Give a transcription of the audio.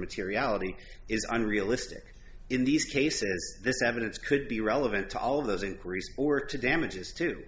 materiality is unrealistic in these cases this evidence could be relevant to all of those increases or to damages too